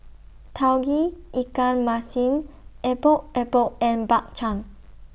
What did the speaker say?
Tauge Ikan Masin Epok Epok and Bak Chang